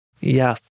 yes